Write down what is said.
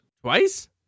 Twice